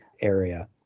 area